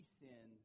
sin